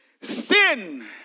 Sin